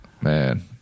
Man